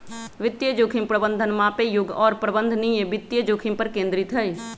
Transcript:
वित्तीय जोखिम प्रबंधन मापे योग्य और प्रबंधनीय वित्तीय जोखिम पर केंद्रित हई